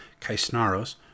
Kaisnaros